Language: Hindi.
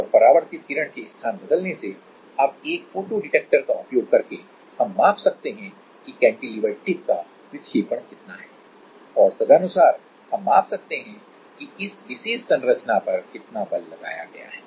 और परावर्तित किरण के स्थान बदलने से अब एक फोटो डिटेक्टर का उपयोग करके हम माप सकते हैं कि कैंटिलीवर टिप का विक्षेपण कितना है और तदनुसार हम माप सकते हैं कि इस विशेष संरचना पर कितना बल लगाया गया है